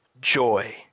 joy